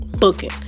booking